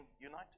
united